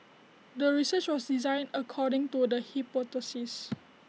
the research was designed according to the hypothesis